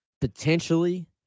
potentially